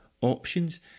options